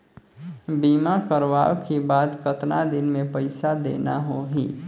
बीमा करवाओ के बाद कतना दिन मे पइसा देना हो ही?